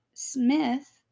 Smith